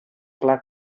plat